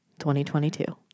2022